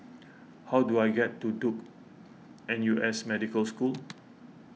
how do I get to Duke N U S Medical School